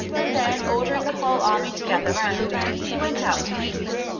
and then ordering the whole army to gather around, he went out to meet them.